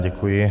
Děkuji.